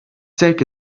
take